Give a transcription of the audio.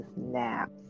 naps